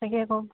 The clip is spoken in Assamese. তাকে ক'